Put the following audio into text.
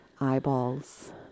Eyeballs